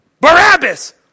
Barabbas